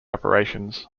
operations